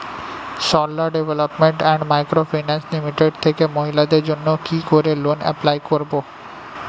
Sarala development and micro finance limited থেকে মহিলাদের জন্য কি করে লোন এপ্লাই করব?